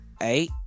eight